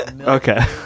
Okay